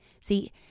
see